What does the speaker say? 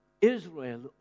Israel